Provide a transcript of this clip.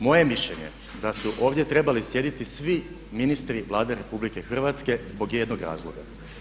Moje je mišljenje da su ovdje trebali sjediti svi ministri Vlade RH zbog jednog razloga.